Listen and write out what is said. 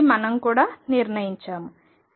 కాబట్టి మనం కూడా నిర్ణయించాము